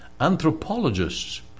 anthropologists